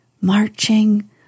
marching